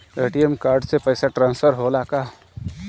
ATM card से पैसा transfer होला का?